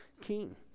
king